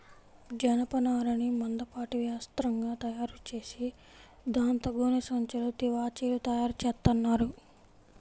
జనపనారని మందపాటి వస్త్రంగా తయారుచేసి దాంతో గోనె సంచులు, తివాచీలు తయారుచేత్తన్నారు